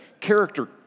character